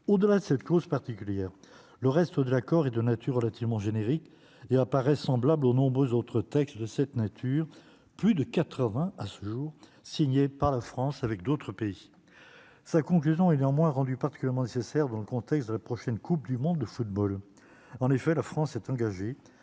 au-delà de cette clause particulière, le reste de l'accord est de nature relativement générique, il apparaît semblable aux nombreuses autres textes de cette nature, plus de 80 à ce jour signé par la France avec d'autres pays, sa conclusion est néanmoins rendue particulièrement nécessaire dans le contexte de la prochaine Coupe du monde de football, en effet, la France s'est engagée